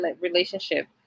relationship